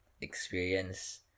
experience